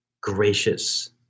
gracious